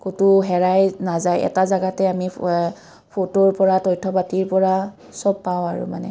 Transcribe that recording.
ক'তো হেৰাই নাযায় এটা জেগাতে আমি ফটোৰ পৰা তথ্য পাতিৰ পৰা চব পাওঁ আৰু মানে